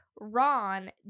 Ron